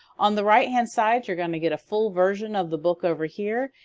on the right-hand side you're going to get a full version of the book over here.